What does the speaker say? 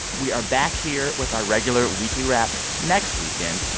we are back here with our regular weekly wrap next weekend.